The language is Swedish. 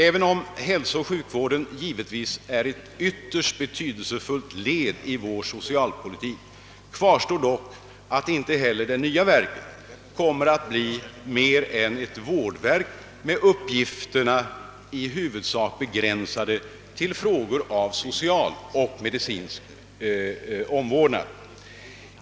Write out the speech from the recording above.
Även om hälsooch sjukvården givetvis är ett ytterst betydelsefullt led i vår socialpolitik kvarstår dock att inte heller det nya verket kommer att bli mer än ett vårdverk med uppgifterna i huvudsak begränsade till frågor om social och medicinsk omvårdnad.